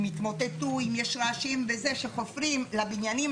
אם יתמוטטו אם יש רעשים וזה שחופרים לבניינים